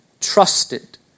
trusted